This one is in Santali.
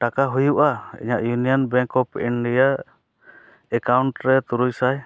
ᱴᱟᱠᱟ ᱦᱩᱭᱩᱜᱼᱟ ᱤᱧᱟᱹᱜ union bank of India account ᱨᱮ ᱛᱩᱨᱩᱭ ᱥᱟᱭ